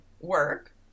work